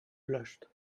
blushed